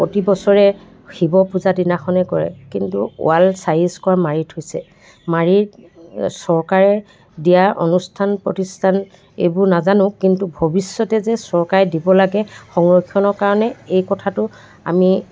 প্ৰতিবছৰে শিৱ পূজাৰ দিনাখনেই কৰে কিন্তু ৱাল চাৰি স্কুৱাৰ মাৰি থৈছে মাৰি চৰকাৰে দিয়া অনুষ্ঠান প্ৰতিষ্ঠান এইবোৰ নাজানো কিন্তু ভৱিষ্যতে যে চৰকাৰে দিব লাগে সংৰক্ষণৰ কাৰণে এই কথাটো আমি